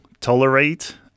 tolerate